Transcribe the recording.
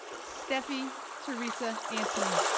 steffi teresa antony,